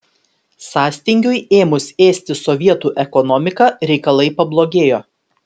sąstingiui ėmus ėsti sovietų ekonomiką reikalai pablogėjo